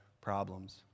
problems